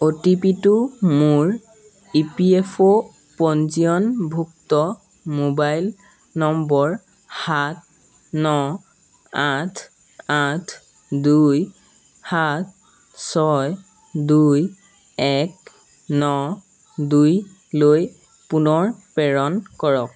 অ' T P টো মোৰ E P F O পঞ্জীয়নভুক্ত মোবাইল নম্বৰ সাত ন আঠ আঠ দুই সাত ছয় দুই এক ন দুইলৈ পুনৰ প্ৰেৰণ কৰক